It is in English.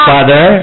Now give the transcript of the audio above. Father